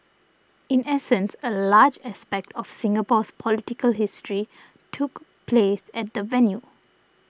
in essence a large aspect of Singapore's political history took place at that venue